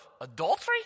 adultery